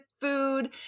food